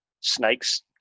snakes